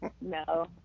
no